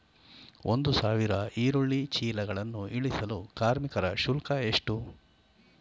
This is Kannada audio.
ಒಂದು ಸಾವಿರ ಈರುಳ್ಳಿ ಚೀಲಗಳನ್ನು ಇಳಿಸಲು ಕಾರ್ಮಿಕರ ಶುಲ್ಕ ಎಷ್ಟು?